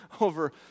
over